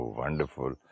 wonderful